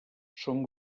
són